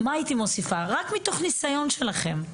מה הייתי מוסיפה?' רק מתוך הניסיון האישי שלכן.